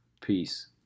Peace